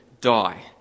die